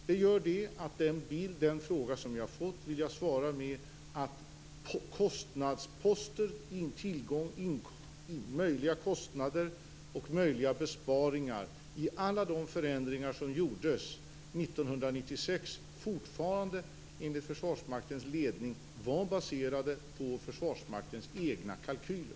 Jag vill därför besvara den fråga jag fick med att kostnadsposterna, dvs. möjliga kostnader och möjliga besparingar, i alla de förändringar som gjordes 1996 fortfarande, enligt Försvarsmaktens ledning, var baserade på Försvarsmaktens egna kalkyler.